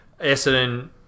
Essendon